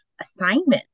assignment